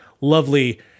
lovely